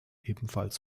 ebenfalls